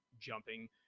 jumping